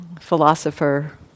philosopher